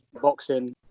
boxing